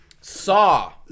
Saw